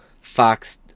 Fox